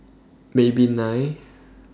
Maybelline